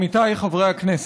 עמיתיי חברי הכנסת,